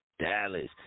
Dallas